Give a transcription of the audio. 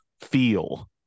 feel